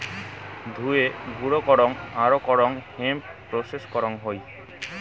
ধুয়ে, গুঁড়ো করং আরো করং হেম্প প্রেসেস করং হই